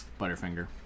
Butterfinger